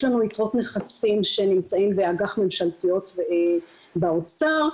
יש לנו יתרות נכסים שנמצאים באג"ח ממשלתיות באוצר,